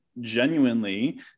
genuinely